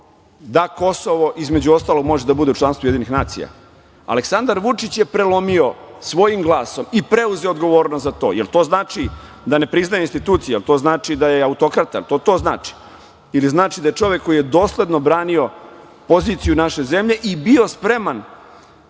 da Kosovo, između ostalog, može da bude u članstvu Ujedinjenih nacija. Aleksandar Vučić je prelomio svojim glasom i preuzeo odgovornost za to. Jel to znači da ne priznaje institucije, jel to znači da je autokrata, jel to to znači, ili znači da je čovek koji je dosledno branio poziciju naše zemlje i bio spreman